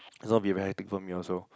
it's gonna be very hectic for me also